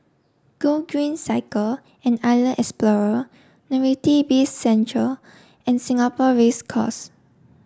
Gogreen Cycle and Island Explorer Novelty Bizcentre and Singapore Race Course